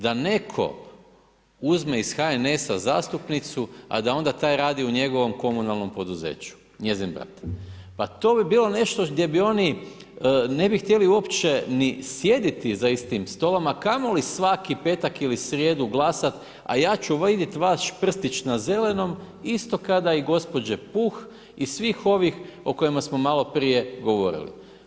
Da netko uzme iz HNS-a zastupnicu, a da onda taj radi u njegovom komunalnom poduzeću, njezin brat, pa to bi bilo nešto gdje bi oni ne bi htjeli uopće ni sjediti za istim stolom, a kamoli svaki petak ili srijedu glasat a ja ću vidjet vaš prstić na zelenom isto kada i gospođe Puh i svih ovih o kojima smo maloprije govorili.